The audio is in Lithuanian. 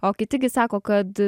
o kiti gi sako kad